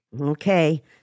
Okay